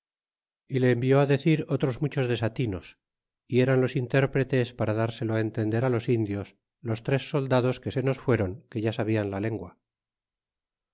y le envió a decir otros muchos desatinos y eran los intérpretes para dárselo á entender á los indios los tres soldados que se nos fueron que ya sabian la lengua